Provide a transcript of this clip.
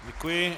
Děkuji.